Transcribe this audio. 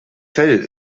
fell